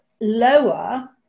lower